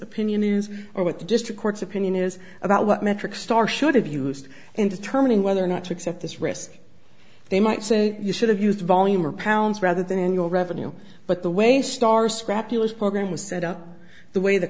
opinion or what the district court's opinion is about what metric starr should have used in determining whether or not to accept this risk they might say you should have used volume or pounds rather than in your revenue but the way star scrappy was program was set up the way the